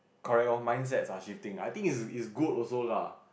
correct lor mindset are shifting I think is is good also lah